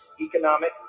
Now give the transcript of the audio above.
economic